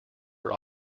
are